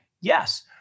Yes